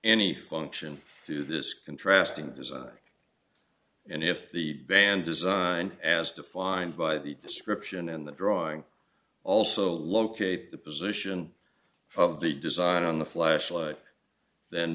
any function to this contrasting design and if the band design as defined by the description in the drawing also located the position of the design on the flashlight